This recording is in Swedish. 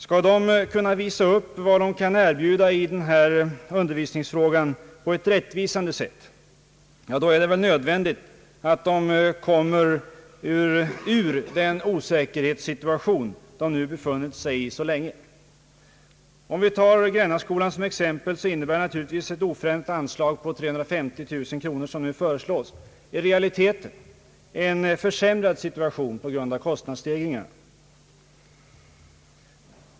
Skall internatskolorna kunna visa upp på ett rättvisande sätt vad de kan erbjuda i fråga om undervisning, är det nödvändigt att de kommer ur den osäkerhetssituation vari de nu har befunnit sig så länge. Om vi tar Grännaskolan som exempel, innebär naturligtvis ett oförändrat anslag på 350 000 kronor, som nu föreslås, i realiteten en försämrad situation på grund av kostnadsstegringen.